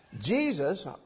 Jesus